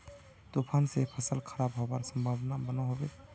तूफान से फसल खराब होबार संभावना बनो होबे?